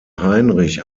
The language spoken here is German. heinrich